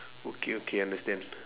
okay okay understand